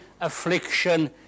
affliction